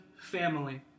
family